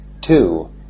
two